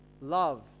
love